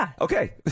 Okay